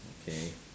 okay